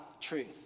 truth